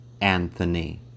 Anthony